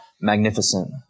magnificent